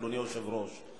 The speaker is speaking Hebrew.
אדוני היושב-ראש.